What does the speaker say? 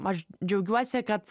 aš džiaugiuosi kad